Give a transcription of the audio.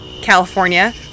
california